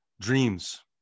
Dreams